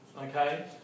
okay